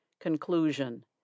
Conclusion